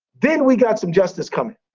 then we got some justice coming.